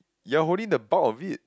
you are holding the bulk of it